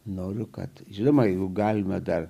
noriu kad žinoma jų galima dar